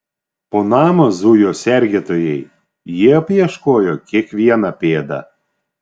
po namą zujo sergėtojai jie apieškojo kiekvieną pėdą